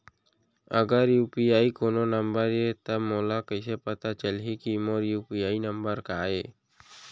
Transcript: अगर यू.पी.आई कोनो नंबर ये त मोला कइसे पता चलही कि मोर यू.पी.आई नंबर का ये?